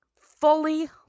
Fully